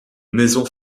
maison